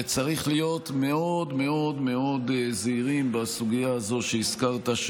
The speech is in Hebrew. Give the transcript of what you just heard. וצריך להיות מאוד מאוד מאוד זהירים בסוגיה הזאת שהזכרת,